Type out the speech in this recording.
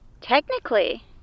Technically